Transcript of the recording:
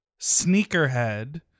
sneakerhead